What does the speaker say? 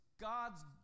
God's